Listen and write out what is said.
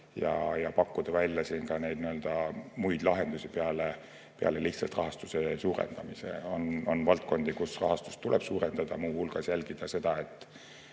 pakkuda välja ka muid lahendusi peale lihtsalt rahastuse suurendamise. On valdkondi, kus rahastust tuleb suurendada, muu hulgas jälgida seda, et